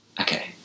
okay